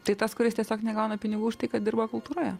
tai tas kuris tiesiog negauna pinigų už tai kad dirba kultūroje